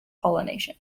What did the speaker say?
pollination